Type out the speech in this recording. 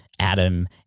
Adam